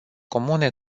comune